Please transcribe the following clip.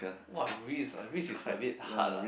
!wah! risk ah risk is a bit hard ah